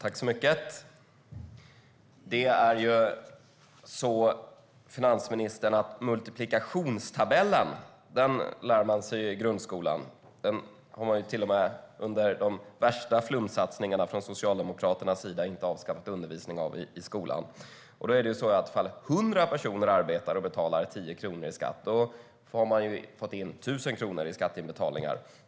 Fru talman! Multiplikationstabellen lär man sig i grundskolan, finansministern. Inte ens under Socialdemokraternas värsta flumsatsningar har undervisning i multiplikation avskaffats i skolan. Då är det så att ifall 100 personer arbetar och betalar 10 kronor i skatt har man fått in 1 000 kronor i skatteinbetalningar.